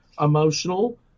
emotional